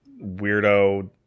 weirdo